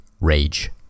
Rage